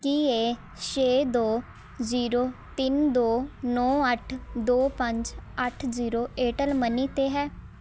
ਕੀ ਇਹ ਛੇ ਦੋ ਜ਼ੀਰੋ ਤਿੰਨ ਦੋ ਨੌ ਅੱਠ ਦੋ ਪੰਜ ਅੱਠ ਜ਼ੀਰੋ ਏਅਰਟੈੱਲ ਮਨੀ 'ਤੇ ਹੈ